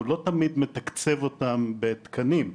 לא תמיד הוא מתקצב אותן בתקנים.